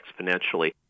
exponentially